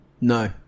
No